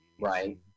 right